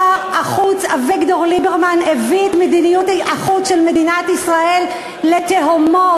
שר החוץ אביגדור ליברמן הביא את מדיניות החוץ של מדינת ישראל לתהומות,